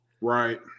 Right